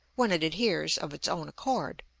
when it adheres of its own accord.